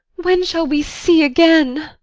when shall we see again?